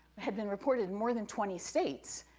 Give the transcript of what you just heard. had been reported in more than twenty states,